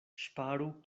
ŝparu